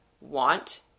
want